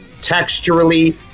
texturally